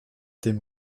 dem